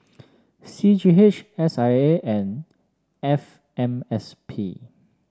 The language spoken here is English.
C G H S I A and F M S P